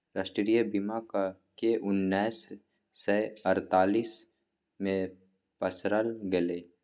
राष्ट्रीय बीमाक केँ उन्नैस सय अड़तालीस मे पसारल गेलै